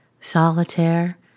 solitaire